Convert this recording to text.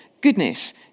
goodness